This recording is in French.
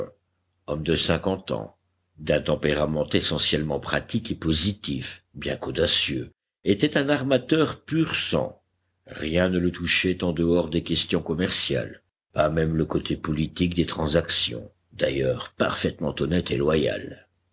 homme de cinquante ans d'un tempérament essentiellement pratique et positif bien qu'audacieux était un armateur pur sang rien ne le touchait en dehors des questions commerciales pas même le côté politique des transactions d'ailleurs parfaitement honnête et loyal